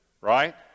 right